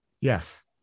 Yes